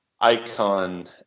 Icon